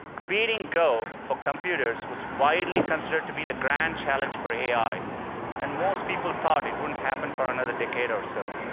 beating go for computers was widely considered to be the grand challenge for ai and most people thought it wouldn't happen for another decade or so.